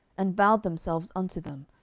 and bowed themselves unto them,